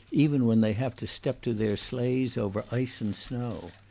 even when they have to step to their sleighs over ice and snow.